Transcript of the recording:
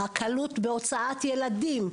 הקלות בהוצאת ילדים,